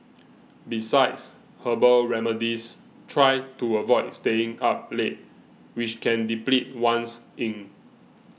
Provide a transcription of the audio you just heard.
besides herbal remedies try to avoid staying up late which can deplete one's yin